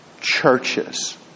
churches